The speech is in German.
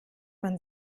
man